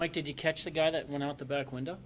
like did you catch the guy that went out the back window